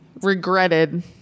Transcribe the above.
regretted